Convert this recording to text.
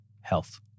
health